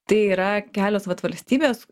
tai yra kelios vat valstybės